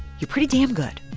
you're pretty damn good